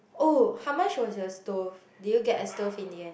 oh how much was your stove did you get a stove in the end